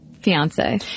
fiance